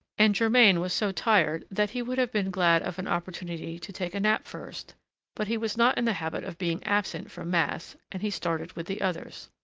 and germain was so tired that he would have been glad of an opportunity to take a nap first but he was not in the habit of being absent from mass, and he started with the others.